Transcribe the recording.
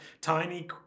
tiny